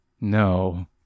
No